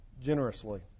generously